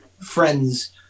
friends